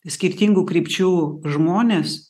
skirtingų krypčių žmones